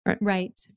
Right